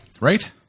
Right